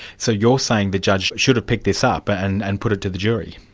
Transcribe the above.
so you're saying the judge should have picked this up and and put it to the jury?